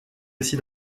aussi